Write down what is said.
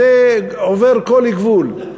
זה עובר כל גבול.